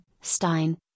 Stein